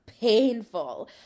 painful